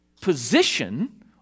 position